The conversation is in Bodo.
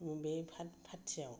बे पार्टी आव